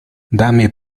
dame